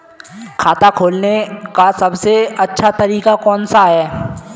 खाता खोलने का सबसे अच्छा तरीका कौन सा है?